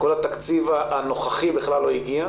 כל התקציב הנוכחי בכלל לא הגיע,